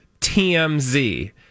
TMZ